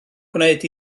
gwneud